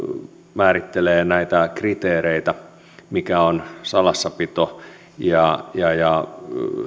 määrittelevät kriteereitä mikä on salassapito ja ja